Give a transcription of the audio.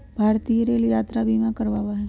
भारतीय रेल यात्रा बीमा करवावा हई